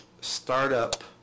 startup